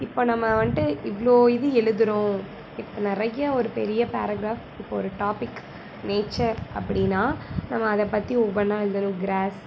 இப்போ நம்ம வந்துட்டு இவ்வளோ இது எழுதுறோம் இப்போ நிறையா ஒரு பெரிய பேரக்ராஃப் இப்போ ஒரு டாப்பிக் நேச்சர் அப்படின்னா நம்ம அதை பற்றி ஒவ்வொன்றா எழுதணும் க்ராஸ்